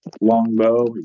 longbow